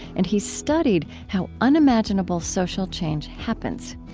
and he's studied how unimaginable social change happens.